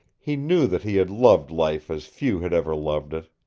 he knew that he had loved life as few had ever loved it.